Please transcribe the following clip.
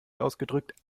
ausgedrückt